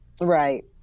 Right